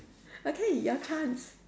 okay your chance